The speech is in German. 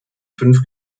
fünf